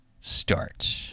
Start